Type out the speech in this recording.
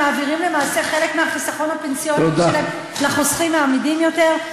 מעבירים למעשה חלק מהחיסכון הפנסיוני שלהם לחוסכים האמידים יותר?